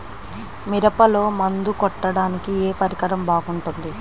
మిరపలో మందు కొట్టాడానికి ఏ పరికరం బాగుంటుంది?